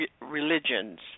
religions